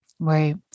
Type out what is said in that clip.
Right